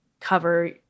cover